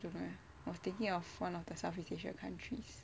I was thinking one of the southeast asian countries